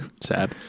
sad